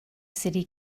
city